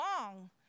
long